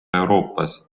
euroopas